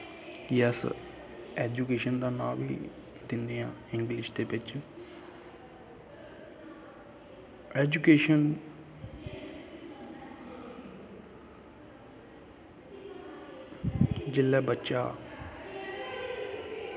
गी अस ऐजुकेशन दा नांऽ बी दिन्ने आं इंगलिश दे बिच्च ऐजुकेशन जिसलै बच्चा